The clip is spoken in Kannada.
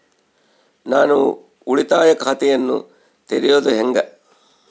ನಾನು ಉಳಿತಾಯ ಖಾತೆಯನ್ನ ತೆರೆಯೋದು ಹೆಂಗ?